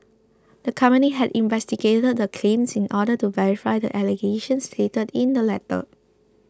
the company had investigated the claims in order to verify the allegations stated in the letter